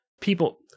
people